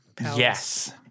Yes